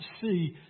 see